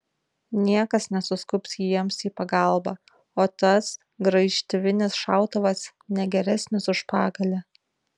niekas nesuskubs jiems į pagalbą o tas graižtvinis šautuvas ne geresnis už pagalį